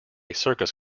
circus